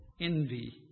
envy